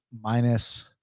minus